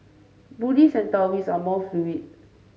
Buddhists and Taoists are more fluid